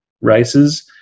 races